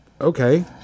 okay